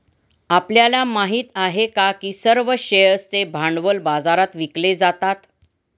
आपल्याला माहित आहे का की सर्व शेअर्सचे भांडवल बाजारात विकले जातात?